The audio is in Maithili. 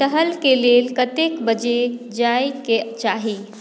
टहल के लेल कतेक बजे जाए के चाही